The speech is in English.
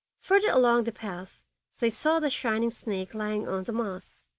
further along the path they saw the shining snake lying on the moss.